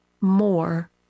more